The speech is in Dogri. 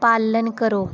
पालन करो